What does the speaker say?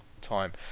time